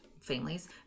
families